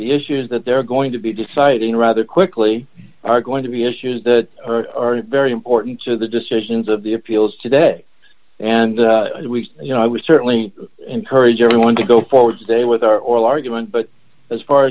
the issues that they're going to be deciding rather quickly are going to be issues that are very important to the decisions of the appeals today and you know i would certainly encourage everyone to go forward today with our oral argument but as far